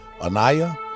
Anaya